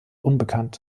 unbekannt